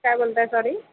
काय बोलताय सॉरी